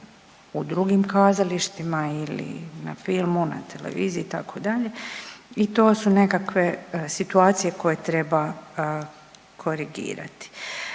u drugim kazalištima ili na filmu, na televiziji itd. i to su neke situacije koje treba korigirati.